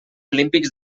olímpics